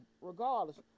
regardless